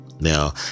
Now